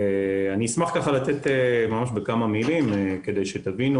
ואני אשמח לתת בכמה מילים כדי שתבינו,